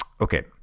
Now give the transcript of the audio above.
okay